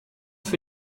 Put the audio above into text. für